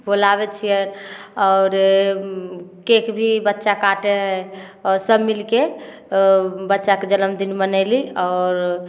बोलाबै छियै आओर केक भी बच्चा काटै हइ आओर सब मिलके बच्चाके जनमदिन मनेली आओर